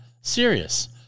serious